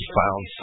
found